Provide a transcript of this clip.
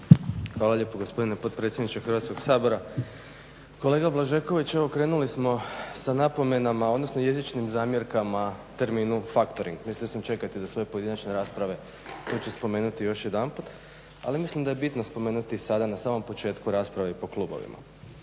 Hvala lijepo gospodine potpredsjedniče Hrvatskog sabora. Kolega Blažeković evo krenuli smo sa napomenama, odnosno jezičnim zamjerkama terminu factoring. Mislio sam čekati do stoje pojedinačne rasprave, to ću spomenuti još jedanput. Ali mislim da je bitno spomenuti i sada na samom početku rasprave po klubovima.